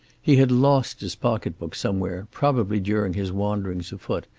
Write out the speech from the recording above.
he had lost his pocketbook somewhere, probably during his wanderings afoot,